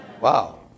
Wow